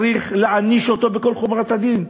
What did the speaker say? צריך להעניש אותו בכל חומרת הדין.